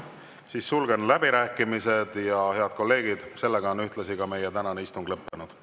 siis sulgen läbirääkimised. Ja, head kolleegid, sellega on ühtlasi ka meie tänane istung lõppenud.